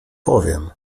powiem